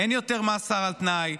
אין יותר מאסר על תנאי.